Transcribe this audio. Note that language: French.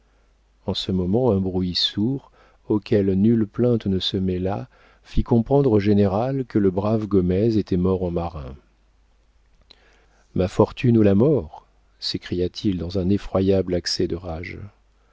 en ce moment un bruit sourd auquel nulle plainte ne se mêla fit comprendre au général que le brave gomez était mort en marin ma fortune ou la mort s'écria-t-il dans un effroyable accès de rage